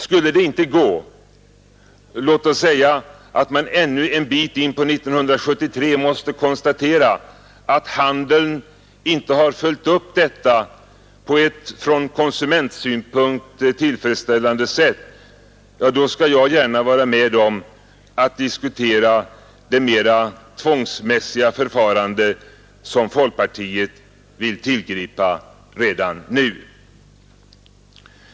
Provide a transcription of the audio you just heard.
Skulle detta inte gå — låt oss säga att man ännu en bit in på 1973 måste konstatera att handeln inte har följt upp detta på ett från konsumentsynpunkt tillfredsställande sätt — skall jag gärna vara med om att diskutera det mera tvångsmässiga förfarandet som folkpartiet vill tillgripa redan nu.